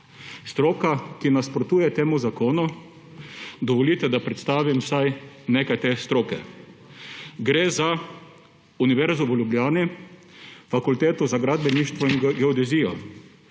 Stroka, ki nasprotuje temu zakonu, dovolite, da predstavim vsaj nekaj te stroke. Gre za Univerzo v Ljubljani, Fakulteto za gradbeništvo in geodezijo,